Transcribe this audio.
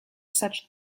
such